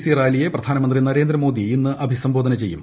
C റാലിയെ പ്രധാനമന്ത്രി നരേന്ദ്രമോദി ഇന്ന് അഭിസംബോധന ചെയ്യും